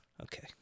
okay